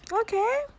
okay